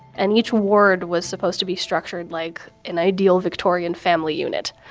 and each ward was supposed to be structured like an ideal victorian family unit.